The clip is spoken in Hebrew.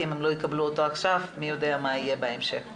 אם הם לא יקבלו אותו עכשיו מי יודע מה יהיה בהמשך.